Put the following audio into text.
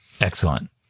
Excellent